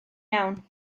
iawn